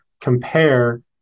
compare